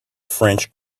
french